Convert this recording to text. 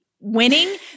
winning